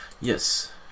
yes